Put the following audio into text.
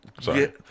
sorry